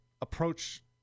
approach